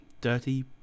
dirty